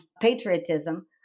patriotism